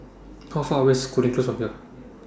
How Far away IS Cooling Close from here